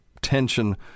tension